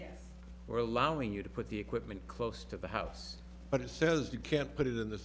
or allowing you to put the equipment close to the house but it says you can't put it in the